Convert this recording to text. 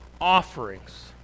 offerings